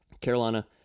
Carolina